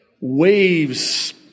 Waves